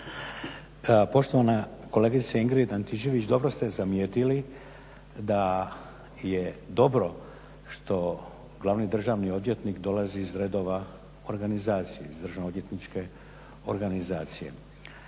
Poštovana kolegice Ingrid Antičević, dobro ste zamijetili da je dobro što glavni državni odvjetnik dolazi iz redova organizacije, iz državno-odvjetničke organizacije.